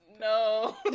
no